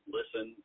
listen